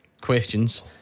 questions